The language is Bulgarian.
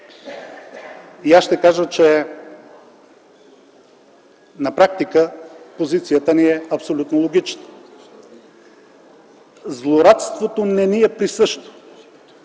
Аз ще кажа, че на практика позицията ни е абсолютно логична. Злорадството не ни е присъщо